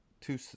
two